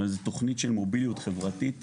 כלומר זו תוכנית של מוביליות חברתית